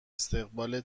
استقبال